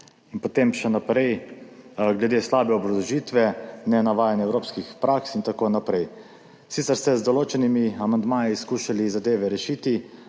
In potem še naprej glede slabe obrazložitve, nenavajanja evropskih praks in tako naprej. Sicer ste z določenimi amandmaji skušali zadeve rešiti,